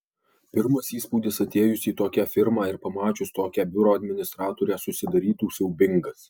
pirmas įspūdis atėjus į tokią firmą ir pamačius tokią biuro administratorę susidarytų siaubingas